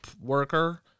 worker